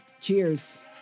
cheers